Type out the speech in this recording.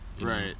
Right